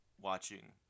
watching